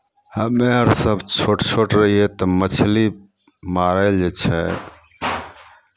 हमे आर सभ छोट छोट रहियै तऽ मछली मारय लेल जे छै